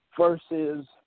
versus